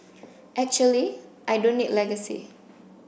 actually I don't need legacy